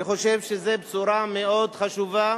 אני חושב שזו בשורה מאוד חשובה